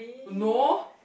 no